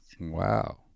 Wow